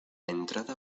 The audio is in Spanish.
entrada